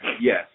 Yes